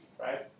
right